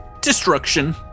destruction